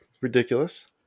ridiculous